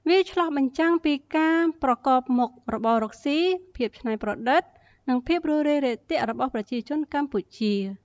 វាឆ្លុះបញ្ចាំងពីការប្រកបមុខរបរកស៊ី ភាពច្នៃប្រឌិត និងភាពរួសរាយរាក់ទាក់របស់ប្រជាជនកម្ពុជា។